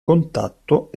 contatto